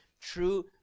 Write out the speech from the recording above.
true